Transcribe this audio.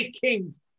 Kings